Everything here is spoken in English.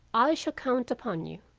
i shall count upon you.